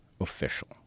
official